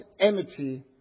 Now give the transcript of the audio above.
enmity